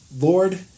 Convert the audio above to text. Lord